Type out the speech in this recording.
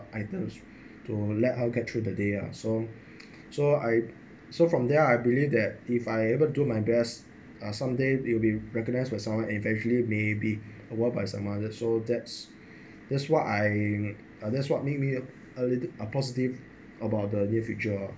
items to let her get through the day ah so so I so from there I believe that if I ever do my best uh someday it'll be recognised by someone eventually may be award by some other so that's that's why I that's what made me a little a positive about the near future